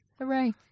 Hooray